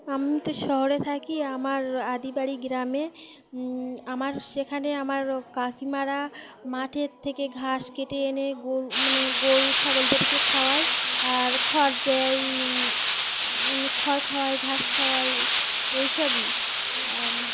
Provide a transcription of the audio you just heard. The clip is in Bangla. আমি তো শহরে থাকি আমার আদিবাড়ি গ্রামে আমার সেখানে আমার কাকিমারা মাঠের থেকে ঘাস কেটে এনে গরু মানে গরু ছাগলদেরকে খাওয়ায় আর খড় দেয় মানে খড় খাওয়াই ঘাস খাওয়াই এইসবই আর